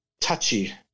touchy